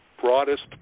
broadest